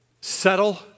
Settle